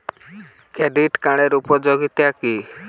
Credit কার্ডের উপযোগিতা কি?